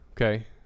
okay